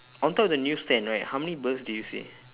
on top of the news stand right how many birds do you say